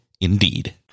Indeed